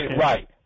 right